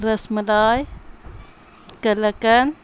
ras malai kalakand